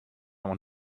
want